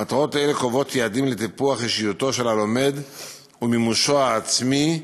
מטרות אלה קובעות יעדים לטיפוח אישיותו של הלומד ומימושו העצמי,